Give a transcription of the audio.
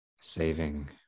saving